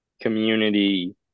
community